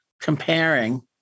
comparing